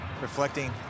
reflecting